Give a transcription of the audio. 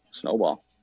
snowball